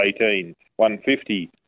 18.150